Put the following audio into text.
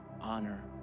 honor